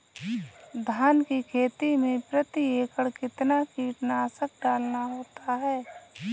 धान की खेती में प्रति एकड़ कितना कीटनाशक डालना होता है?